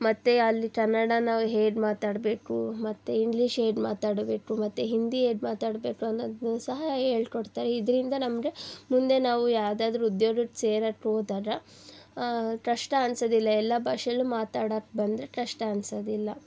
ಮತ್ತು ಅಲ್ಲಿ ಕನ್ನಡ ನಾವು ಹೇಗೆ ಮಾತಾಡಬೇಕು ಮತ್ತು ಇಂಗ್ಲೀಷ್ ಹೇಗ್ ಮಾತಾಡಬೇಕು ಮತ್ತು ಹಿಂದಿ ಹೇಗ್ ಮಾತಾಡಬೇಕು ಅನ್ನೋದ್ನ ಸಹ ಹೇಳ್ಕೊಡ್ತಾರ್ ಇದರಿಂದ ನಮಗೆ ಮುಂದೆ ನಾವು ಯಾವುದಾದ್ರು ಉದ್ಯೋಗಕ್ ಸೇರಕ್ಕೆ ಓದಾಗ ಕಷ್ಟ ಅನ್ಸೋದಿಲ್ಲ ಎಲ್ಲ ಭಾಷೆಯಲ್ಲೂ ಮಾತಾಡಕ್ಕೆ ಬಂದರೆ ಕಷ್ಟ ಅನ್ಸೋದಿಲ್ಲ